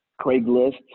Craigslist